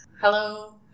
Hello